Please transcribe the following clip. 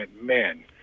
men